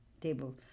table